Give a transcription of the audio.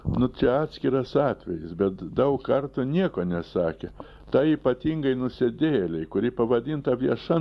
nu čia atskiras atvejis bet daug kartų nieko nesakė tai ypatingai nusidėjėlei kuri pavadinta vieša